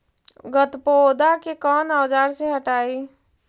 गत्पोदा के कौन औजार से हटायी?